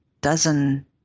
dozen